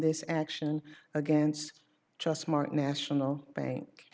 this action against just mark national bank